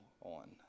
on